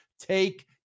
Take